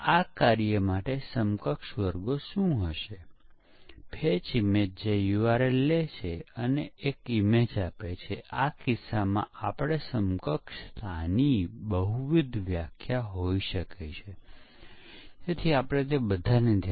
અનુભવી પ્રોગ્રામર જ્યારે તેઓ કોડ લખે છે ત્યારે સરેરાશ કોડની 1000 લીટીઓ દીઠ 50 બગ કરે છે અને તે એક નોંધપાત્ર સંખ્યા છે અને મોટી સંખ્યામાં નિષ્ફળતાનું કારણ બની શકે છે